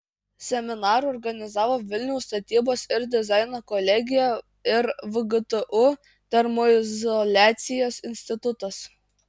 seminarą organizavo vilniaus statybos ir dizaino kolegija ir vgtu termoizoliacijos institutas